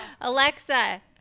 Alexa